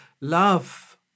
love